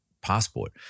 Passport